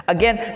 Again